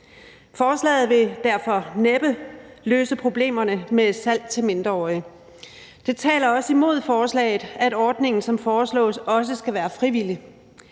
Forslaget vil derfor næppe løse problemerne med salg til mindreårige. Det taler også imod forslaget, at ordningen, som foreslås, skal være frivillig.